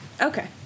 Okay